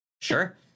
sure